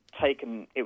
taken